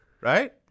Right